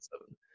seven